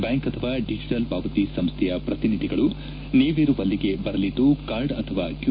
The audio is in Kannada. ಬ್ಯಾಂಕ್ ಅಥವಾ ಡಿಜಿಟಲ್ ಪಾವತಿ ಸಂಸ್ಥೆಯ ಪ್ರತಿನಿಧಿಗಳು ನೀವಿರುವಲ್ಲಿಗೆ ಬರಲಿದ್ದು ಕಾರ್ಟ್ ಅಥವಾ ಕ್ಯೂ